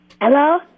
Hello